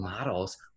models